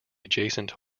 adjacent